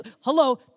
Hello